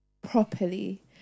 properly